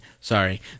Sorry